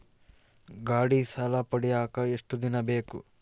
ಗಾಡೇ ಸಾಲ ಪಡಿಯಾಕ ಎಷ್ಟು ದಿನ ಬೇಕು?